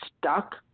stuck